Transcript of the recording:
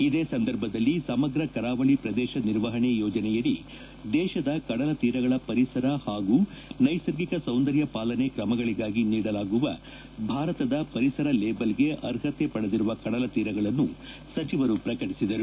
ಇದೇ ಸಂದರ್ಭದಲ್ಲಿ ಸಮಗ್ರ ಕರಾವಳಿ ಪ್ರದೇಶ ನಿರ್ವಹಣೆ ಯೋಜನೆಯಡಿ ದೇಶದ ಕಡಲತೀರಗಳ ಪರಿಸರ ಹಾಗೂ ನೈಸರ್ಗಿಕ ಸೌಂದರ್ಯ ಪಾಲನೆ ಕ್ರಮಗಳಿಗಾಗಿ ನೀಡಲಾಗುವ ಭಾರತದ ಪರಿಸರ ಲೇಬಲ್ಗೆ ಅರ್ಹತೆ ಪಡೆದಿರುವ ಕಡಲ ತೀರಗಳನ್ನು ಸಚಿವರು ಪ್ರಕಟಿಸಿದರು